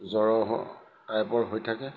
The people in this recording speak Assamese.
জৰহ টাইপৰ হৈ থাকে